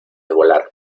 volar